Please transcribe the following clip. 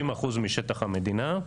60% משטח המדינה.